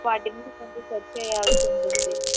forty minutes అంటు check చేయాల్సి ఉంటుంది